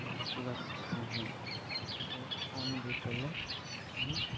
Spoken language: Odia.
ଡାକିବାକୁ ଚାହେଁ ସେ ଫୋନ୍ ବି କଲେ ଫୋନ୍